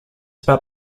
about